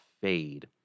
fade